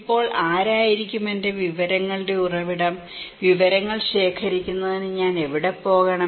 ഇപ്പോൾ ആരായിരിക്കും എന്റെ വിവരങ്ങളുടെ ഉറവിടം വിവരങ്ങൾ ശേഖരിക്കുന്നതിന് ഞാൻ എവിടെ പോകണം